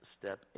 step